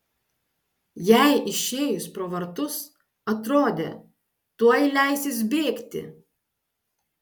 jai išėjus pro vartus atrodė tuoj leisis bėgti